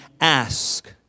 ask